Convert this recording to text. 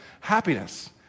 happiness